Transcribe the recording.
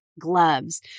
gloves